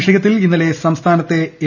വിഷയത്തിൽ ഇന്നലെ സംസ്ഥാനത്തെ എം